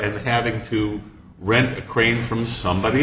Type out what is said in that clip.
and having to rent a crane from somebody